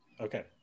Okay